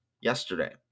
yesterday